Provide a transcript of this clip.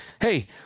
hey